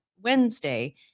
Wednesday